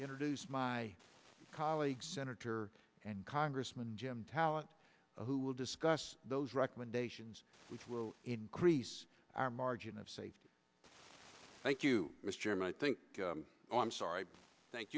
introduce my colleague senator and congressman jim talent who will discuss those recommendations which will increase our margin of safety fake you mr chairman i think i'm sorry thank